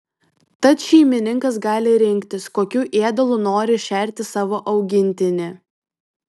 tad šeimininkas gali rinktis kokiu ėdalu nori šerti savo augintinį